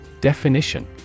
Definition